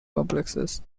complexes